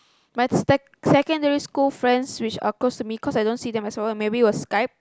my sec~ secondary school friends which are close to me cause I don't see them as well maybe we will Skype